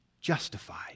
justified